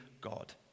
God